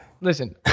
Listen